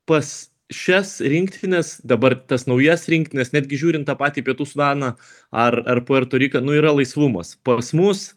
pas šias rinktines dabar tas naujas rinktines netgi žiūrint tą patį pietų sudaną ar ar puerto riką nu yra laisvumas pas mus